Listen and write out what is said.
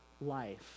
life